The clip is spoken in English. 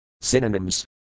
Synonyms